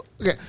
okay